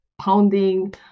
pounding